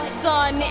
sun